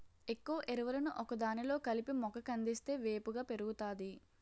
ఎక్కువ ఎరువులను ఒకదానిలో కలిపి మొక్క కందిస్తే వేపుగా పెరుగుతాది